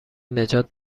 نجات